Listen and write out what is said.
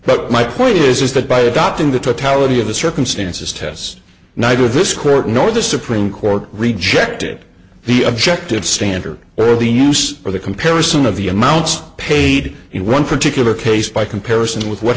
but my point is that by adopting the totality of the circumstances test neither this court nor the supreme court rejected the objective standard or the use or the comparison of the amounts paid in one particular case by comparison with what